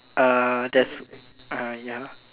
uh there's uh ya